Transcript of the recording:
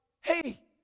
hey